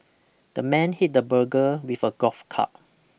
the man hit the burger with a golf club